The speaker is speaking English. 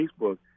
facebook